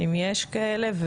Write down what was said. אם יש כאלה,